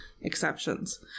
exceptions